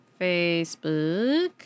Facebook